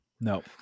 No